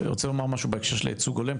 רוצה לומר משהו בהקשר של ייצוג הולם,